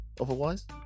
Otherwise